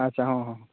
ᱟᱪᱪᱷᱟ ᱦᱚᱸ ᱦᱚᱸ